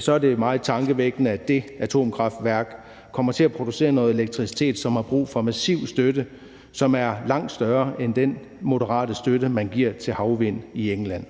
så er det meget tankevækkende, at det atomkraftværk kommer til at producere noget elektricitet, som har brug for massiv støtte, som er langt større end den moderate støtte, man giver til havvind i England.